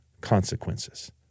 consequences